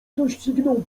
dościgną